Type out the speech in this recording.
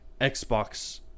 Xbox